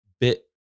Bit